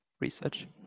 research